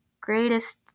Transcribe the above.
greatest